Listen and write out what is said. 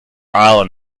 island